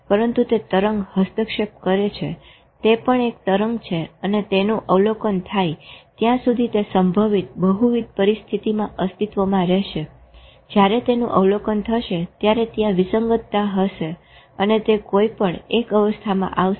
પરંતુ તે તરંગ હસ્તક્ષેપ કરે છે તે પણ એક તરંગ છે અને તેનું અવલોકન થાય ત્યાં સુધી તે સંભવિત બહુવિધ પરિસ્થિતિમાં અસ્તિત્વમાં રહશે જ્યારે તેનું અવલોકન થશે ત્યારે ત્યાં વિસંગતતા હશે અને તે કોઇપણ એક અવસ્થામાં આવશે